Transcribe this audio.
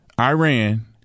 Iran